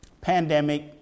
pandemic